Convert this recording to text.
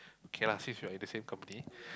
okay lah since we are in the same company